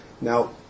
Now